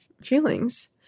feelings